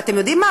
ואתם יודעים מה?